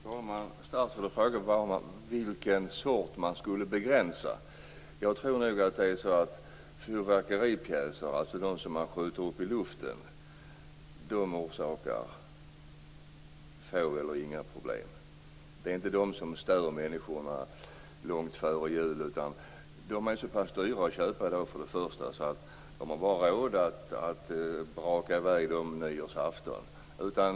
Fru talman! Statsrådet frågar efter vad som skall begränsas. Jag tror att fyrverkeripjäser - de som skjuts rakt upp i luften - orsakar få eller inga problem. Det är inte de som stör människor långt före jul. De är så pass dyra att köpa att man bara har råd att braka i väg dem på nyårsafton.